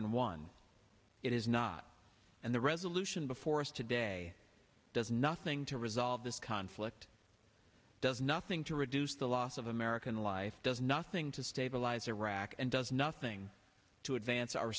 won it is not and the resolution before us today does nothing to resolve this conflict does nothing to reduce the loss of american life does nothing to stabilize iraq and does nothing to advance